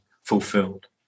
fulfilled